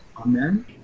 Amen